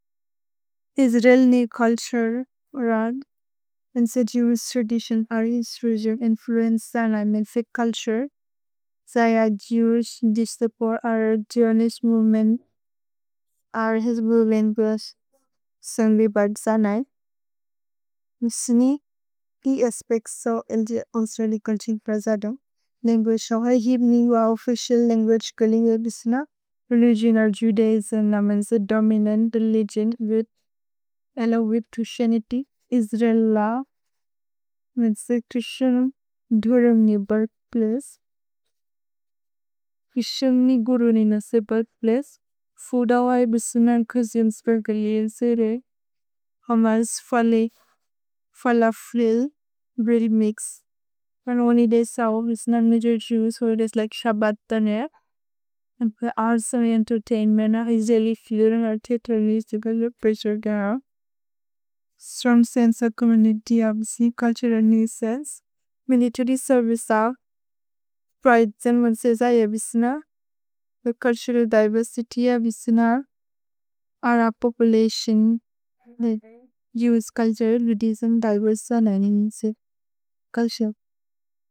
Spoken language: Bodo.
इस्रेल्नि कुल्त्सुर् उरद्। मेन्स द्जुर्स् त्रदिस्योन् अरि इस्रुज्योन् इन्फ्लुएन्स् जनय्न्। मेन्फिक् कुल्त्सुर्। जय द्जुर्स् दिसपुर् अरि द्जुर्निस् मुव्मेन् अरि हिस् बुवेन् गुस्। सुन्वि बद् जनय्न्। मुस्नि। कि अस्पेक्त्स् सो एल्जे ओन्स्रेलिकुल्त्सिन् प्रजदुम्? नेन्गु शोहै हिव्नि व ओफिसिल् नेन्गु श्कुलिन्गुल् बिस्न। इस्रेल। रेलिगियोन् अर् द्जुदेय् जनय्न्। मेन्स दोमिनन्त् रेलिगियोन्। एलो विप्तुसिअनित्य्। इस्रेल। मेन्स क्रिशनुम्। धुरुम्नि बुर्क्प्लिस्। क्रिशनुनि गुरुनिन से बुर्क्प्लिस्। फुदवै बिसुनन् कुस्युम् स्पेर्गल्येन् सेरे। होम इस् फलफ्लिल्। Bread mix. वनोनिदे सव्। भिसुनन् निजुर् द्जुर्। So it is like Shabbat dinner. And for our children. अर् समि एन्तेर्तैन्मेन्त। इस्रेलि फुरुन्। अर् थेअत्रल् निजिसुगल्। प्रिशुर्गेन। श्रुम् सेन्स। कुमुनिति। अबिसि। कुल्छुरल् निजिसेन्स्। Military service. प्रज्त्जेन्। मन्सेज। अबिसुन। The cultural diversity. अबिसुन। अर population. The U. S. Culture. Religion. Diversity. ननि निजिसिल्। कुल्शुम्। कुल्शुम्।